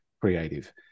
creative